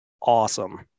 awesome